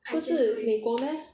不是美国 meh